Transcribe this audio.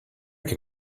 can